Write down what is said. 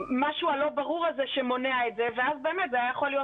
המשהו הלא ברור הזה שמונע את זה ואז באמת זה היה יכול להיות